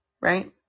Right